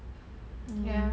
ya